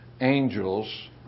angels